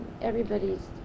Everybody's